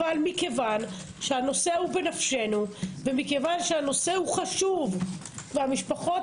אבל כיוון שהנושא הוא בנפשנו והוא חשוב והמשפחות